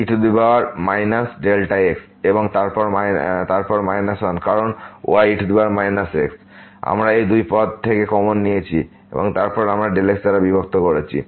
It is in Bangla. e x এবং তারপর 1 কারণ ye x আমরা এই দুই পদ থেকে কমন নিয়েছি এবং তারপর আমরা x দ্বারা বিভক্ত করেছি